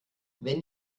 wenn